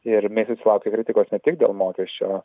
ir mei susilaukė kritikos ne tik dėl mokesčio